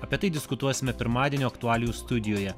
apie tai diskutuosime pirmadienio aktualijų studijoje